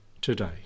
today